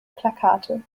plakate